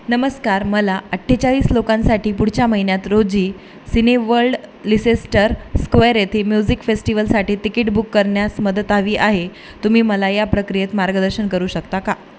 नमस्कार मला अठ्ठेचाळीस लोकांसाठी पुढच्या महिन्यात रोजी सिनेवर्ल्ड लीसेस्टर स्क्वेअर येथे म्युझिक फेस्टिवल साठी तिकीट बुक करण्यास मदत हवी आहे तुम्ही मला या प्रक्रियेत मार्गदर्शन करू शकता का